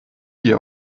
dir